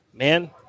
Man